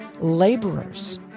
laborers